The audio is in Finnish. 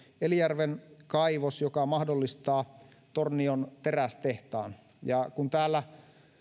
elijärven kaivos joka mahdollistaa tornion terästehtaan ja kun täällä